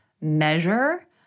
measure